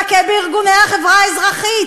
נכה בארגוני החברה האזרחית,